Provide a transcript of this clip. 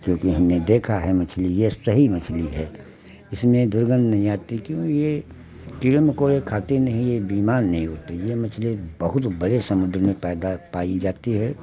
क्योंकि हमने देखा है मछली ये सही मछली है इसमें दुर्गंध नहीं आती क्यों ये कीड़े मकौड़े खाते नहीं ये बीमार नहीं होते ये मछली बहुत बड़े समुद्र में पैदा पाई जाती है